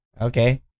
Okay